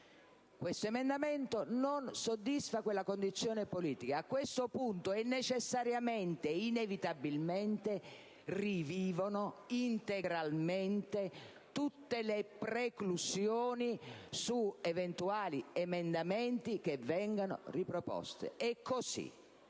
questo emendamento non soddisfa quella condizione politica. A questo punto, necessariamente ed inevitabilmente rivivono integralmente tutte le preclusioni su eventuali emendamenti che vengono riproposti.